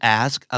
ask